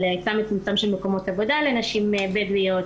היצע מצומצם של מקומות עבודה לנשים בדואיות